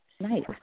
Nice